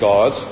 God